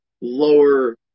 lower